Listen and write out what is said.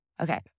Okay